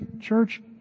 church